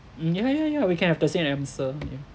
mm ya ya ya we can have the same answer yeah